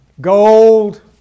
gold